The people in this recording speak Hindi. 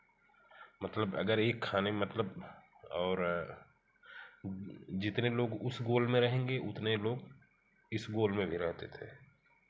मतलब अगर एक खाने मतलब और जितने लोग उस गोल में रहेंगे उतने लोग इस लोग में भी रहते थे